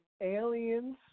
Aliens